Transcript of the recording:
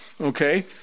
Okay